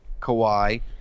Kawhi